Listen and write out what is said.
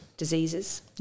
diseases